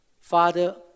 Father